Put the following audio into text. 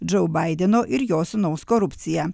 džou baideno ir jo sūnaus korupciją